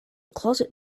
closet